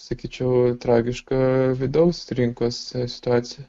sakyčiau tragiška vidaus rinkos situacija